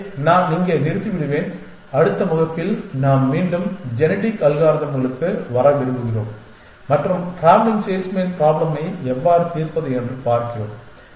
எனவே நான் இங்கே நிறுத்திவிடுவேன் அடுத்த வகுப்பில் நாம் மீண்டும் ஜெனடிக் அல்காரிதம்களுக்கு வர விரும்புகிறோம் மற்றும் டிராவலிங் சேல்ஸ்மேன் பிராப்ளமை எவ்வாறு தீர்ப்பது என்று பார்க்கிறோம்